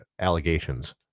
allegations